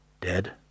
Dead